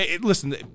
Listen